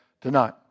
tonight